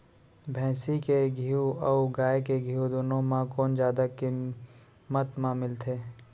भैंसी के घीव अऊ गाय के घीव दूनो म कोन जादा किम्मत म मिलथे?